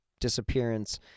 disappearance